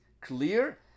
clear